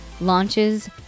launches